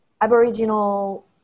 Aboriginal